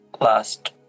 last